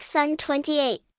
Sun28